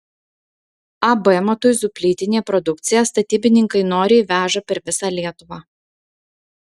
ab matuizų plytinė produkciją statybininkai noriai veža per visą lietuvą